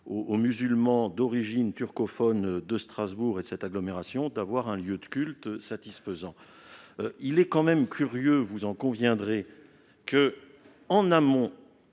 aux musulmans d'origine turcophone de Strasbourg et de son agglomération de disposer d'un lieu de culte satisfaisant. Il est quand même curieux, vous en conviendrez, qu'il n'y